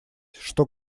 что